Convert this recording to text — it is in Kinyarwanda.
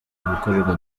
gukorerwa